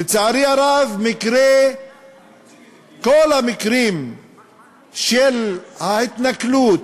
לצערי הרב, כל המקרים של ההתנכלות,